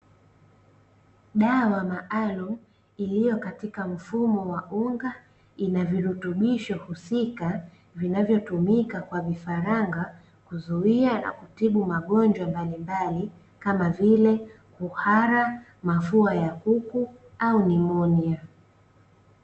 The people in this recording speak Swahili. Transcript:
Dawa maalumu iliyo katika mfumo wa unga ina virutubisho husika vinavyotumika kwa vifaranga kuzuia na kutibu magonjwa mbalimbali kama vile kuhara, mafua ya kuku au nimonia.